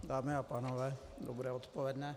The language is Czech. Dámy a pánové, dobré odpoledne.